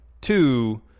Two